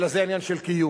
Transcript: אלא זה עניין של קיום.